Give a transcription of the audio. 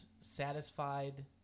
Satisfied